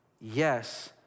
Yes